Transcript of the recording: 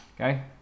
Okay